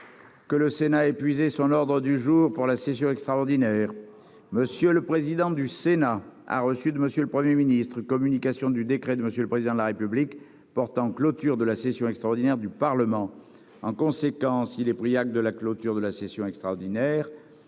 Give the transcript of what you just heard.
que le Sénat a épuisé son ordre du jour pour la session extraordinaire. M. le président du Sénat a reçu de reçu de Mme la Première ministre communication du décret de M. le Président de la République portant clôture de la session extraordinaire du Parlement. En conséquence, il est pris acte de la clôture de la session extraordinaire.